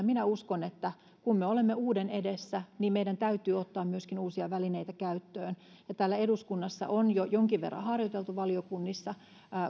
minä uskon että kun me olemme uuden edessä niin meidän täytyy ottaa myöskin uusia välineitä käyttöön ja täällä eduskunnassa on jo jonkin verran harjoiteltu valiokunnissa ja